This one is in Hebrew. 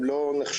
הם לא נחשבים,